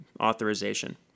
authorization